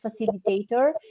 facilitator